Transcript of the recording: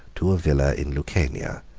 to a villa in lucania,